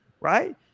right